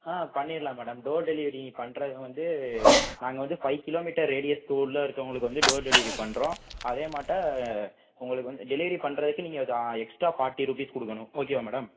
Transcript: ஆ பண்ணிடுலாம் madam door delivery பண்ணுறது வந்து நாங்கள் வந்து ஃபைவ் கிலோமீட்டர் ரேடியஸுக்கு உள்ள இருக்கறவங்களுக்கு வந்து டோர் டெலிவரி பண்ணுறோம் அதேமாட்ட உங்களுக்கு வந்து டெலிவரி பண்ணுறதுக்கு நீங்கள் வந்து எஸ்ட்டா ஃபார்ட்டி ருப்பீஸ் கொடுக்கணும் ஓகேவா மேடம்